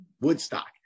Woodstock